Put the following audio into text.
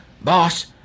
Boss